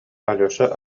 алеша